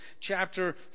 chapter